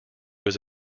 was